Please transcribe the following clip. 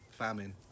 famine